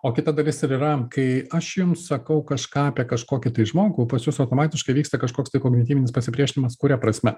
o kita dalis ir yra kai aš jum sakau kažką apie kažkokį tai žmogų pas jus automatiškai vyksta kažkoks tai kognityvinis pasipriešinimas kuria prasme